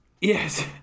Yes